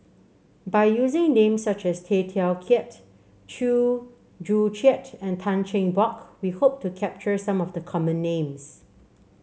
by using names such as Tay Teow Kiat Chew Joo Chiat and Tan Cheng Bock we hope to capture some of the common names